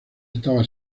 estaba